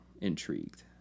intrigued